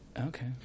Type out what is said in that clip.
Okay